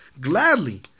gladly